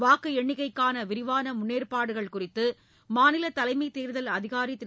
வாக்கு எண்ணிக்கைக்கான விரிவான முன்னேற்பாடுகள் குறித்து மாநில தலைமைத் தேர்தல் அதிகாரி திரு